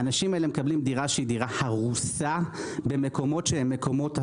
האנשים האלה מקבלים דירה הרוסה במקומות זוועה.